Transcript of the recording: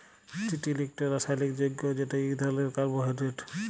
চিটিল ইকট রাসায়লিক যগ্য যেট ইক ধরলের কার্বোহাইড্রেট